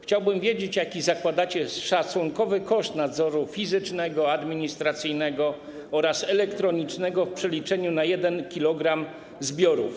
Chciałbym wiedzieć, jaki zakładacie szacunkowy koszt nadzoru fizycznego, administracyjnego oraz elektronicznego w przeliczeniu na 1 kg zbiorów.